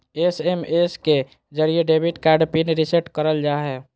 SMS के जरिये debit card PIN reset करल जा हय